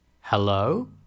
Hello